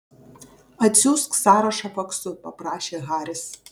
atsiųsk sąrašą faksu paprašė haris